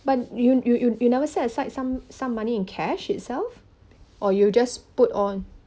but you you you you never set aside some some money in cash itself or you just put all